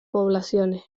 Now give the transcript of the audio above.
poblaciones